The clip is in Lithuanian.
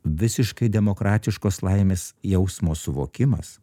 visiškai demokratiškos laimės jausmo suvokimas